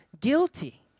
guilty